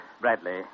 Bradley